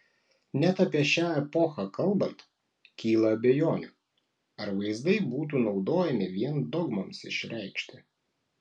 net apie šią epochą kalbant kyla abejonių ar vaizdai būtų naudojami vien dogmoms išreikšti